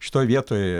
šitoj vietoj